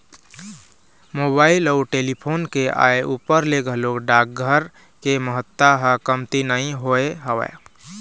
mobile अउ telephone के आय ऊपर ले घलोक डाकघर के महत्ता ह कमती नइ होय हवय